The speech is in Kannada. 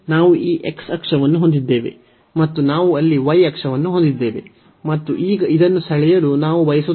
ನಾವು ಈ x ಅಕ್ಷವನ್ನು ಹೊಂದಿದ್ದೇವೆ ಮತ್ತು ನಾವು ಅಲ್ಲಿ y ಅಕ್ಷವನ್ನು ಹೊಂದಿದ್ದೇವೆ ಮತ್ತು ಈಗ ಇದನ್ನು ಸೆಳೆಯಲು ನಾವು ಬಯಸುತ್ತೇವೆ